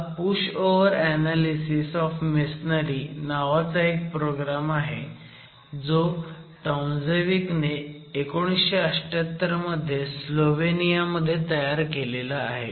हा pushover analysis of masonry नावाचा एक प्रोग्रॅम आहे जो टॉमझेविक ने 1978 मध्ये स्लोवेनिया मध्ये तयार केला आहे